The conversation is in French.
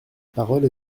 parole